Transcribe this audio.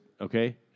Okay